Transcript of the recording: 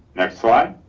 next slide.